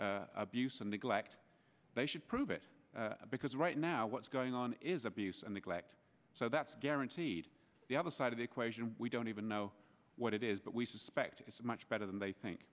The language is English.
abuse and neglect they should prove it because right now what's going on is abuse and neglect so that's guaranteed the other side of the equation we don't even know what it is but we suspect it's much better than they think